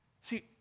See